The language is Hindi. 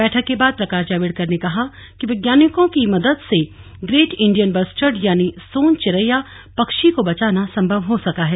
बैठक के बाद प्रकाश जावडेकर ने कहा कि वैज्ञानिकों की मदद से ग्रेट इंडियन बस्टर्ड यानी सोन चिरैया पक्षी को बचाना संभव हो सका है